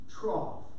trough